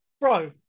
bro